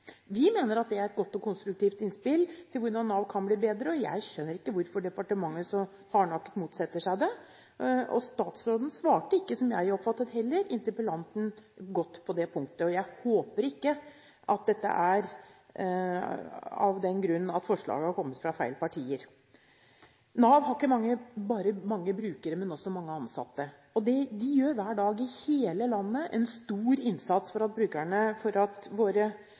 Vi mener at det er et godt og konstruktivt innspill til hvordan Nav kan bli bedre, og jeg skjønner ikke hvorfor departementet så hardnakket motsetter seg det. Statsråden svarte ikke, slik jeg oppfattet det heller, interpellanten godt på det punktet, og jeg håper ikke at det er fordi forslaget har kommet fra feil partier. Nav har ikke bare mange brukere, men også mange ansatte. De gjør hver dag – i hele landet – en stor innsats for at